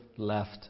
Left